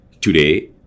Today